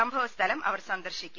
സംഭവസ്ഥലം അവർ സന്ദർശിക്കും